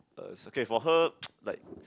uh it's okay for her like